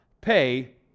Pay